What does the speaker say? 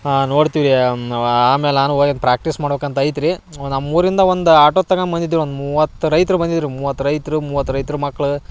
ಹಾಂ ನೋಡ್ತೀವಿ ರೀ ನಾವು ಆಮೇಲೆ ನಾನು ಓಯ್ ಪ್ರಾಕ್ಟೀಸ್ ಮಾಡ್ಬೇಕಂತ ಐತೆ ರೀ ನಮ್ಮ ಊರಿಂದ ಒಂದು ಆಟೋ ತಗೊಂಡ್ಬಂದಿದ್ರು ಒಂದು ಮೂವತ್ತು ರೈತರು ಬಂದಿದ್ದರು ಮೂವತ್ತು ರೈತರು ಮೂವತ್ತು ರೈತ್ರ ಮಕ್ಳು